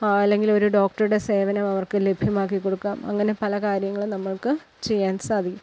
അല്ലെങ്കിൽ ഒരു ഡോക്ടറുടെ സേവനം അവർക്ക് ലഭ്യമാക്കി കൊടുക്കാം അങ്ങനെ പല കാര്യങ്ങളും നമ്മൾക്ക് ചെയ്യാൻ സാധിക്കും